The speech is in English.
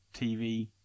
TV